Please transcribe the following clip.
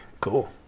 cool